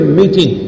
meeting